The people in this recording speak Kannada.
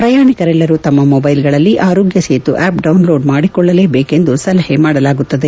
ಪ್ರಯಾಣಿಕರೆಲ್ಲರೂ ತಮ್ನ ಮೊಬ್ಲೆಲ್ಗಳಲ್ಲಿ ಆರೋಗ್ನ ಸೇತು ಆಪ್ ಡೌನ್ಲೋಡ್ ಮಾಡಿಕೊಳ್ಳಲೇಬೇಕೆಂದು ಸಲಹೆ ಮಾಡಲಾಗುತ್ತದೆ